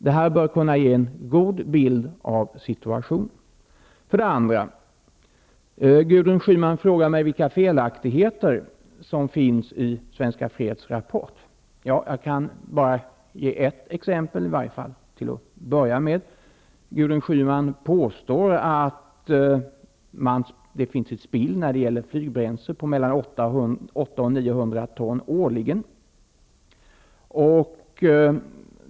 Det bör kunna ge en god bild av situationen. Vidare frågade Gudrun Schyman vilka felaktigheter som finns i Svenska Freds rapport. Jag kan, i varje fall till att börja med, ge ett exempel. Gudrun Schyman påstår att det när det gäller flygbränsle finns ett spill på mellan 800 och 900 ton årligen.